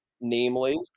Namely